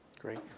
Great